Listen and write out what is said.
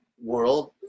world